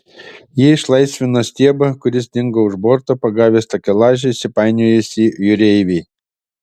jie išlaisvino stiebą kuris dingo už borto pagavęs takelaže įsipainiojusį jūreivį